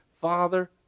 Father